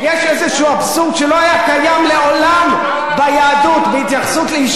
יש איזה אבסורד שלא היה קיים מעולם ביהדות בהתייחסות לאשה,